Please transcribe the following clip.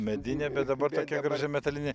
medinė bet dabar tokia graži metalinė